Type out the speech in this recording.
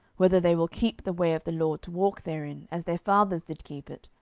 whether they will keep the way of the lord to walk therein, as their fathers did keep it,